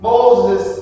Moses